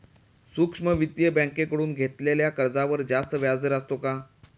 सूक्ष्म वित्तीय बँकेकडून घेतलेल्या कर्जावर जास्त व्याजदर असतो का?